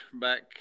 back